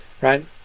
Right